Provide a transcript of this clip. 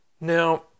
Now